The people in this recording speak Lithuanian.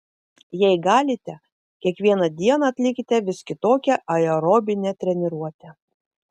jei galite kiekvieną dieną atlikite vis kitokią aerobinę treniruotę